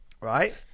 right